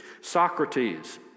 Socrates